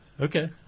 Okay